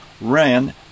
ran